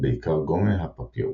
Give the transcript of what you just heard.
בעיקר גומא הפפירוס.